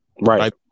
Right